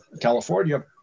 California